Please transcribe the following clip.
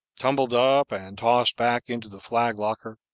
tumbled up, and tossed back into the flag-locker,